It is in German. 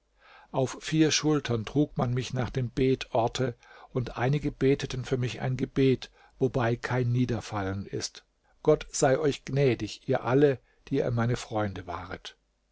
auf vier schultern trug man mich nach dem betorte und einige beteten für mich ein gebet wobei kein niederfallen ist gott sei euch gnädig ihr alle die ihr meine freunde waret